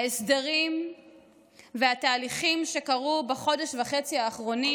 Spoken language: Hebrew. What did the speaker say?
ההסדרים והתהליכים שקרו בחודש וחצי האחרונים